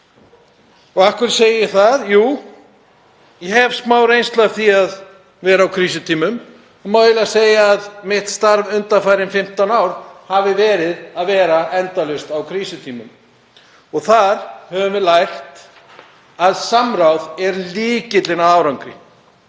Og af hverju segi ég það? Jú, ég hef smá reynslu af því að vera á krísutímum og má eiginlega segja að mitt starf undanfarin 15 ár hafi verið að vera endalaust á krísutímum. Þar höfum við lært að samráð er lykillinn að árangri.